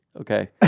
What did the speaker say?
okay